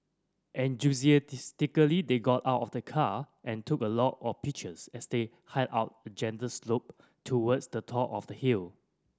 they got out of the car and took a lot of pictures as they hiked up a gentle slope towards the top of the hill